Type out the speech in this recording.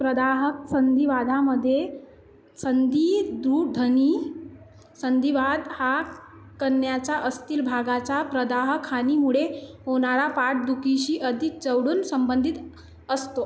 प्रदाहक संधिवातामध्ये संधिदृढनि संधिवात हा कण्याच्या अस्थिल भागाच्या प्रदाहक हानीमुळे होणाऱ्या पाठदुखीशी अधिक जवळून संबंधित असतो